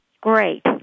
Great